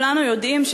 כולנו יודעים,